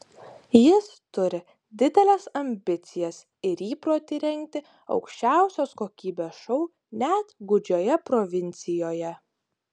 jis turi dideles ambicijas ir įprotį rengti aukščiausios kokybės šou net gūdžioje provincijoje